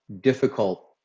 difficult